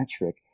metric